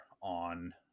on